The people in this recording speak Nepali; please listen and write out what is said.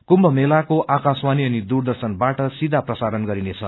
कुम्भ मेलाको आाकाशवाणी अनि दूरदर्शनबाट सीधा प्रसारण गरिनेछ